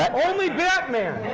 and only batman!